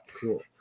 Cool